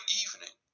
evening